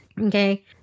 Okay